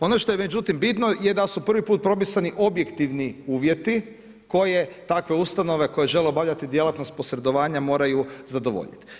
Ono što je bitno, je da su prvi put propisani objektivni uvjeti, koje takve ustanove, koje žele obavljati djelatnost posredovanja moraju zadovoljiti.